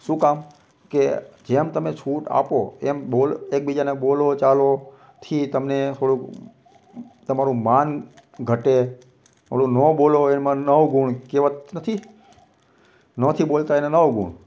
શું કામ કે જેમ તમે છૂટ આપો એમ બોલ એકબીજાને બોલો ચાલોથી તમને થોડુંક તમારું માન ઘટે ઓલું ન બોલો એમાં નવ ગુણ કહેવત નથી નથી બોલતા એને નવ ગુણ